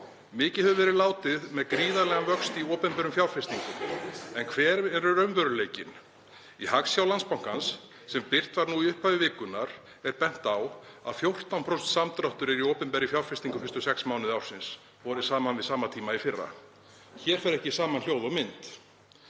Mikið hefur verið látið með gríðarlegan vöxt í opinberum fjárfestingum en hver er raunveruleikinn? Í Hagsjá Landsbankans, sem birt var í upphafi vikunnar, er bent á að 14% samdráttur er í opinberri fjárfestingu fyrstu sex mánuði ársins borið saman við sama tíma í fyrra. Hér fer ekki saman hljóð og mynd.